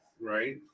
right